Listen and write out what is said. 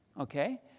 Okay